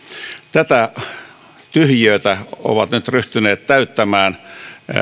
tätä tyhjiötä on nyt ryhtynyt täyttämään